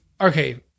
okay